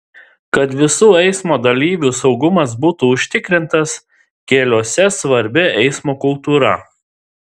kad visų eismo dalyvių saugumas būtų užtikrintas keliuose svarbi eismo kultūra